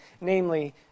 namely